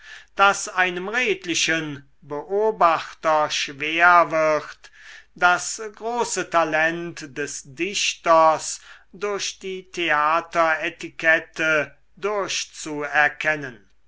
daß einem redlichen beobachter schwer wird das große talent des dichters durch die theateretikette